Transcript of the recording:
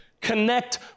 connect